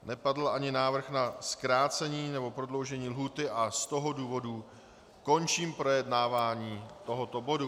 Nepadl ani návrh na zkrácení nebo prodloužení lhůty a z toho důvodu končím projednání tohoto bodu.